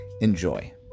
enjoy